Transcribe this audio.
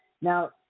now